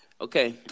Okay